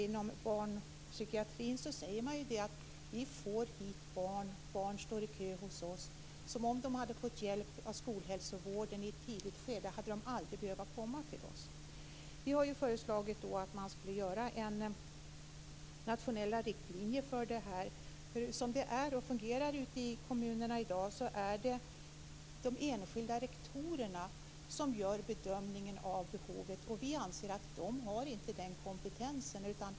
Inom barnpsykiatrin säger man att de får dit barn och att barn står i kö som om de hade fått hjälp av skolhälsovården i ett tidigt skede aldrig hade behövt komma dit. Vi har då föreslagit att det skall utformas nationella riktlinjer för det här. Som det fungerar ute i skolorna i dag, är det de enskilda rektorerna som gör bedömningen av behovet, och vi anser att de inte har den kompetensen.